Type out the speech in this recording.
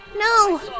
No